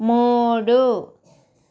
మూడు